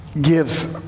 gives